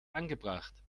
angebracht